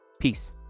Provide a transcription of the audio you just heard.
Peace